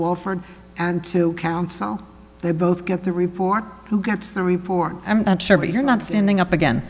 walford and to counsel they both get the report who gets the report i'm sure but you're not standing up again